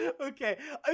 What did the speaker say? okay